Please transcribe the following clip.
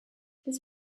this